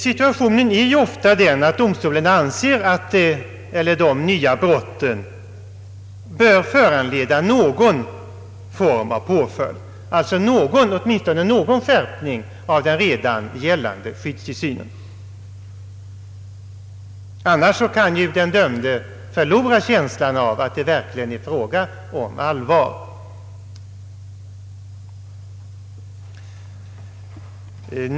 Situationen är ju ofta den, att domstolen anser att de nya brotten bör föranleda någon form av påföljd, alltså åtminstone någon skärpning av den redan gällande skyddstillsynen. Annars kan ju den dömde förlora känslan av att det verkligen är fråga om allvar.